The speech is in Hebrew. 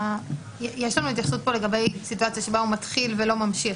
יש לנו התייחסות כאן לגבי סיטואציה בה הוא מתחיל ולא ממשיך.